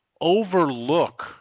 overlook